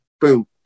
Boom